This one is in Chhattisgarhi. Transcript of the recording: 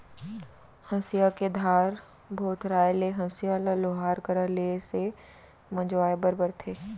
हँसिया के धार भोथराय ले हँसिया ल लोहार करा ले से मँजवाए बर परथे